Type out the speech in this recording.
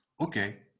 Okay